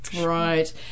Right